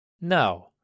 No